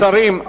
השרים,